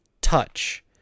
touch